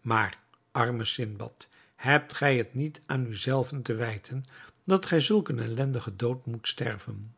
maar arme sindbad hebt gij het niet aan u zelven te wijten dat gij zulk een ellendigen dood moet sterven